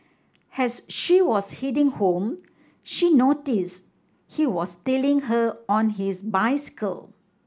as she was heading home she notice he was tailing her on his bicycle